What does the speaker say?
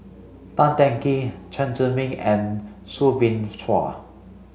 Tan Teng Kee Chen Zhiming and Soo Bin Chua